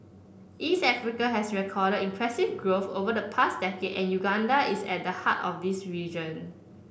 East Africa has recorded impressive growth over the past decade and Uganda is at the heart of this region